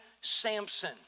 Samson